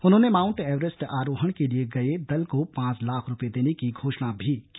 उन्होंने Mount Everest आरोहण के लिए गये दल को पांच लाख रूपये देने की घोषणा भी की